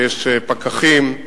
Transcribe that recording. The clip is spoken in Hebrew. ויש פקחים,